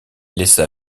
laissa